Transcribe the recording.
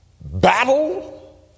Battle